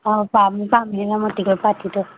ꯑꯥꯎ ꯄꯥꯝꯃꯤ ꯄꯥꯝꯃꯤ ꯍꯤꯔꯥꯃꯣꯇꯤꯈꯣꯏꯒꯤ ꯄꯥꯔꯇꯤꯗꯣ